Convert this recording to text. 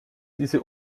diese